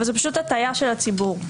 אבל זה פשוט הטעיה של הציבור,